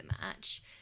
match